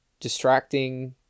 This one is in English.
distracting